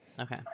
Okay